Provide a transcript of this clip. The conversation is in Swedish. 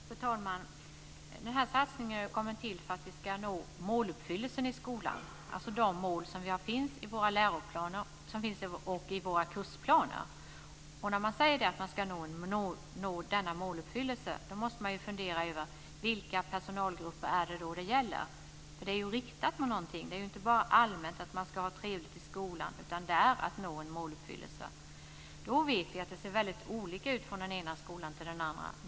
Fru talman! Denna satsning har kommit till för att vi ska nå måluppfyllelsen i skolan, alltså de mål som finns i våra läroplaner och i våra kursplaner. När man säger att man ska nå denna måluppfyllelse måste man fundera över vilka personalgrupper som det gäller. Det är ju riktat på någonting. Det handlar ju inte bara allmänt om att man ska ha trevligt i skolan utan om att nå en måluppfyllelse. Då vet vi att det ser väldigt olika ut i olika skolor.